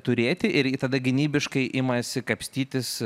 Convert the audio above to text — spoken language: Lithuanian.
turėti ir jie tada gynybiškai ima kapstytis